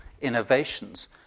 innovations